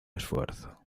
esfuerzo